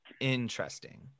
Interesting